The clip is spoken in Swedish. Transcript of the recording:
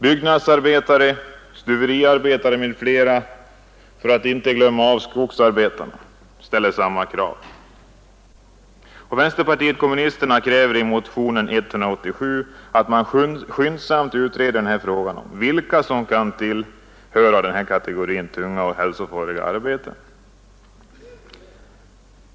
Byggnadsarbetare, stuveriarbetare och, inte att förglömma, skogsarbetare ställer samma krav. Vänsterpartiet kommunisterna kräver i motionen 187 att man skyndsamt utreder frågan om vilka som kan tänkas höra till kategorin arbetare med tunga och hälsofarliga arbeten.